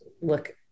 look